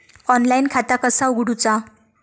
Online खाता कसा उगडूचा?